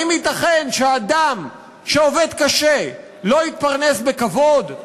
האם ייתכן שאדם שעובד קשה לא יתפרנס בכבוד?